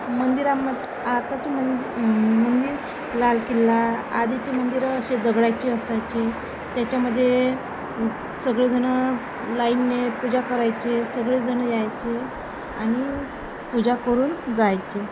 मंदिरामध्ये आताचे मंदिर मंदिर लाल किल्ला आधीचे मंदिरं असे दगडाचे असायचे त्याच्यामध्ये सगळेजणं लाईनने पूजा करायचे सगळेजणं यायचे आणि पूजा करून जायचे